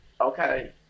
Okay